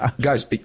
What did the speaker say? Guys